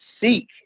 seek